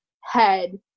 head